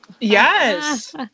Yes